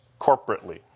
corporately